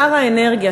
שר האנרגיה,